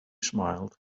smiled